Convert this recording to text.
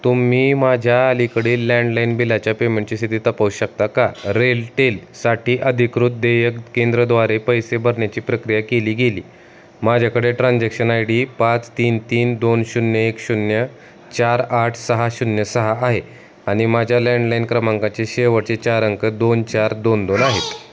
तुम्ही माझ्या अलीकडील लँडलाईन बिलाच्या पेमेंटची स्थिती तपासू शकता का रेलटेल साठी अधिकृत देयक केंद्राद्वारे पैसे भरण्याची प्रक्रिया केली गेली माझ्याकडे ट्रान्झॅक्शन आय डी पाच तीन तीन दोन शून्य एक शून्य चार आठ सहा शून्य सहा आहे आणि माझ्या लँडलाईन क्रमांकाचे शेवटचे चार अंक दोन चार दोन दोन आहेत